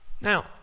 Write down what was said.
Now